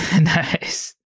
Nice